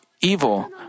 evil